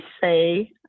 say